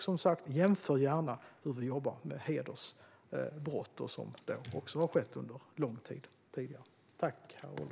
Som sagt: Jämför gärna hur vi jobbar med hedersbrott, vilket vi också har gjort under lång tid.